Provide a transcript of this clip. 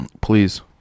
Please